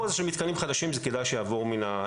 תודה רבה.